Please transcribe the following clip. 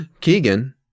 Keegan